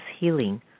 healing